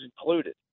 included